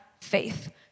faith